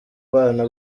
bana